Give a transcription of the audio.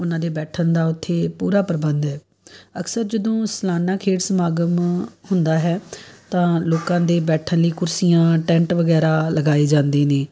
ਉਹਨਾਂ ਦੇ ਬੈਠਣ ਦਾ ਉੱਥੇ ਪੂਰਾ ਪ੍ਰਬੰਧ ਹੈ ਅਕਸਰ ਜਦੋਂ ਸਲਾਨਾ ਖੇਡ ਸਮਾਗਮ ਹੁੰਦਾ ਹੈ ਤਾਂ ਲੋਕਾਂ ਦੇ ਬੈਠਣ ਲਈ ਕੁਰਸੀਆਂ ਟੈਂਟ ਵਗੈਰਾ ਲਗਾਏ ਜਾਂਦੇ ਨੇ